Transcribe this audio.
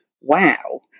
wow